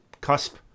cusp